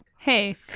hey